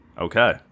okay